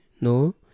no